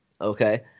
Okay